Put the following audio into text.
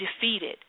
defeated